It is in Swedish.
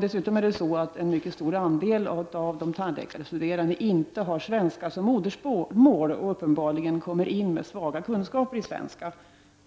Dessutom har en mycket stor andel av de tandläkarstuderande inte svenska som modersmål och kommer uppenbarligen in med svaga kunskaper i svenska.